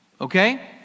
Okay